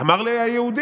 "אמר ליה היהודי"